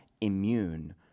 immune